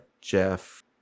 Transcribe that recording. jeff